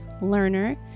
learner